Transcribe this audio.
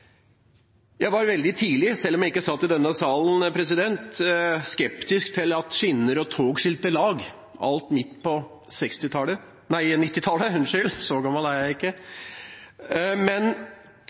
Jeg var veldig tidlig – selv om jeg ikke satt i denne salen – skeptisk til at skinner og tog skilte lag alt midt på